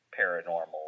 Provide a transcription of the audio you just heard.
paranormal